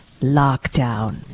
lockdown